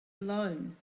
alone